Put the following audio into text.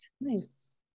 Nice